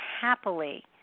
happily